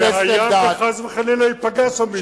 והיה וחס חלילה ייפגע שם מישהו,